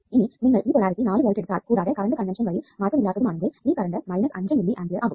ഇനി നിങ്ങൾ ഈ പൊളാരിറ്റി നാലു വോൾട്ട് എടുത്താൽ കൂടാതെ കറണ്ട് കൺവെൻഷൻ വഴി മാറ്റമില്ലാത്തതും ആണെങ്കിൽ ഈ കറണ്ട് 5 മില്ലി ആമ്പിയർ ആകും